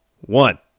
one